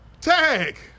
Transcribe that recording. Tag